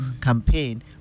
campaign